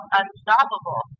unstoppable